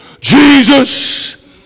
jesus